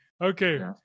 Okay